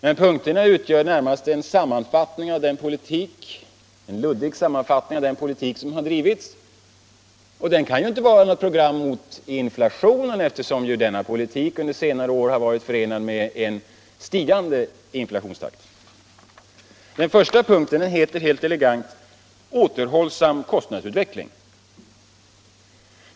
Men punkterna utgör närmast en luddig sammanfattning av den politik som drivits och kan inte vara något program mot inflationen, eftersom denna politik under senare år har varit förenad med en stigande inflationstakt. Den första punkten heter helt elegant ”återhållsam kostnadsutveckling”.